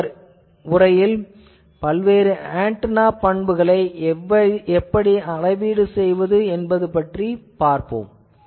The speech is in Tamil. அடுத்த உரையில் பல்வேறு ஆன்டெனா பண்புகளை எப்படி அளவீடு செய்வது பற்றிப் பார்ப்போம்